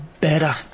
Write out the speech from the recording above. better